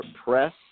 press